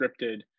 scripted